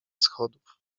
schodów